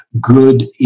good